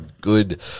good